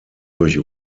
durch